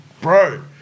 bro